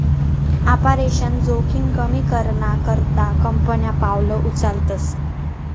operational जोखिम कमी कराना करता कंपन्या पावलं उचलतस